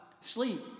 sleep